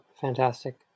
fantastic